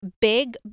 big